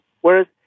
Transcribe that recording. Whereas